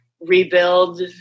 rebuild